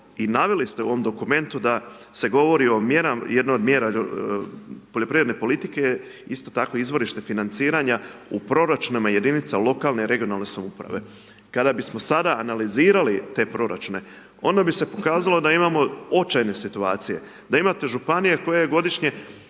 i naveli ste u ovom dokumentu, da se govori o jednoj od mjera poljoprivredne politike, isto tako izvorište financiranja, u proračunima jedinice lokalne, regionalne samouprave. Kada bismo sada analizirali te proračune, onda bi se pokazalo da imamo očajne situacije, da imamo županije koje godišnje